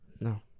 No